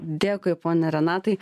dėkui pone renatai